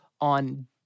on